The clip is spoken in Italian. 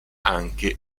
anche